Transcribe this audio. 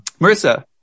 Marissa